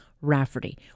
Rafferty